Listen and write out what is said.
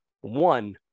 One